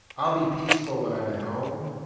i'll be peaceful when i'm at home?